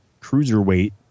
cruiserweight